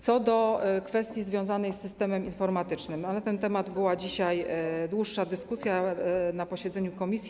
Co do kwestii związanej z systemem informatycznym to na ten temat była dzisiaj dłuższa dyskusja na posiedzeniu komisji.